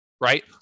Right